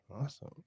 Awesome